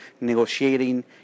negotiating